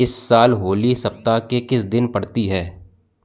इस साल होली सप्ताह के किस दिन पड़ती है